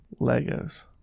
Legos